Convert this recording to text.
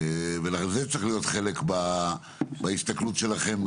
לזה צריך להיות חלק בהסתכלות שלכם,